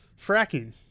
Fracking